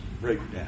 breakdown